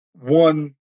one